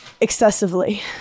excessively